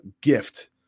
gift